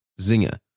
Zinger